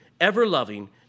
ever-loving